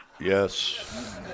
Yes